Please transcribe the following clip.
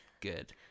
good